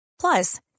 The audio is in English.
Plus